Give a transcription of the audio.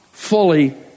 fully